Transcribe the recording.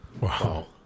Wow